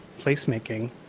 placemaking